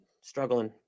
struggling